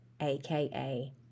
aka